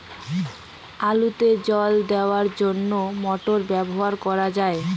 আলুতে জল দেওয়ার জন্য কি মোটর ব্যবহার করা যায়?